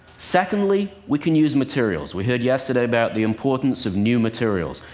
secondly, we can use materials. we heard yesterday about the importance of new materials.